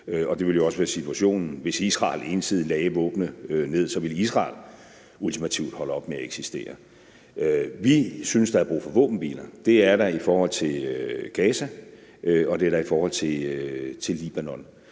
og det ville jo også være situationen, hvis Israel ensidigt lagde våbnene ned; så ville Israel ultimativt holde op med at eksistere. Vi synes, der er brug for våbenhviler. Det er der i forhold til Gaza, og det er der i forhold til Libanon.